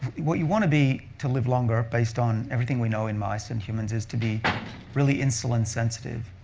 what you want to be to live longer, based on everything we know in mice and humans, is to be really insulin sensitive,